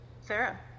Sarah